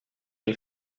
une